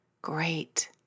Great